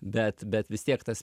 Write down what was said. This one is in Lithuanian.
bet bet vis tiek tas